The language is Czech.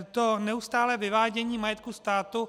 To neustálé vyvádění majetku státu.